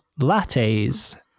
Lattes